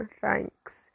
Thanks